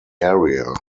area